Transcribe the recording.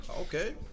Okay